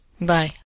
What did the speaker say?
Bye